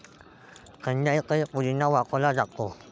थंडाईतही पुदिना वापरला जातो